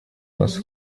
вас